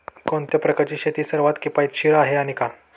कोणत्या प्रकारची शेती सर्वात किफायतशीर आहे आणि का?